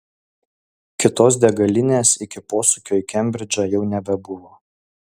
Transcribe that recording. kitos degalinės iki posūkio į kembridžą jau nebebuvo